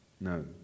No